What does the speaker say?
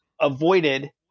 avoided